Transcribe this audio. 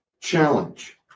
challenge